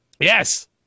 Yes